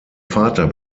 vater